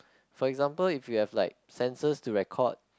for example if you have like sensors to record